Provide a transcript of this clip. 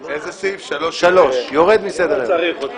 מסדר-היום.